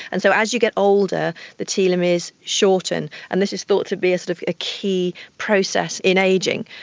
and so as you get older the telomeres shorten, and this is thought to be a sort of ah key process in ageing.